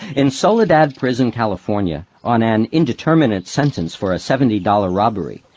in soledad prison, california, on an indeterminate sentence for a seventy dollars robbery,